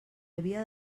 havia